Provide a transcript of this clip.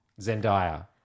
Zendaya